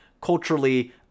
culturally